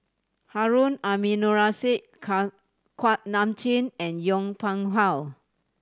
Harun Aminurrashid Kuak Nam Jin and Yong Pung How